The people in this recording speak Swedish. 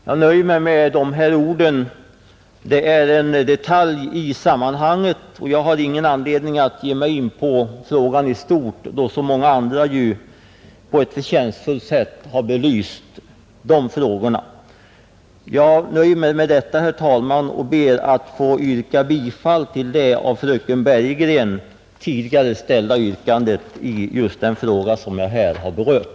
Jag nöjer mig med de här orden om en detalj i sammanhanget och har ingen anledning att ge mig in på frågan i stort, som ju så många andra belyst på ett förtjänstfullt sätt. Herr talman! Jag ber att få yrka bifall till det av fröken Bergegren tidigare ställda yrkandet i den fråga som jag här har berört.